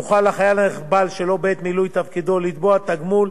יוכל החייל שנחבל שלא בעת מילוי תפקידו לתבוע תגמול,